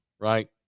right